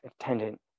attendant